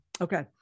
okay